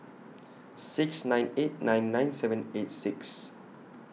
six nine eight nine nine seven eight six